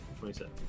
27